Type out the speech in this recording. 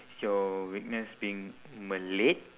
is your weakness being malate